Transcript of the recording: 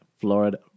Florida